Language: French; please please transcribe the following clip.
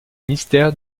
mystère